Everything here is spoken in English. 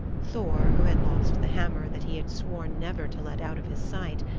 thor, who had lost the hammer that he had sworn never to let out of his sight,